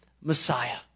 Messiah